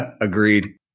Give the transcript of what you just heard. agreed